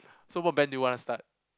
so what band do you wanna start